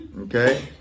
Okay